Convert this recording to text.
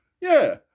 Yeah